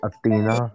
Athena